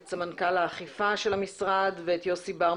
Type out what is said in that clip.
את סמנכ"ל האכיפה של המשרד ואת יוסי בר,